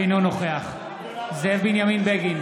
אינו נוכח זאב בנימין בגין,